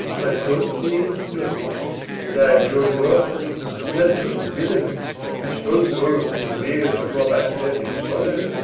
my fault being nothing as i have told you oft but that two villains, whose false oaths prevail'd before my perfect honour,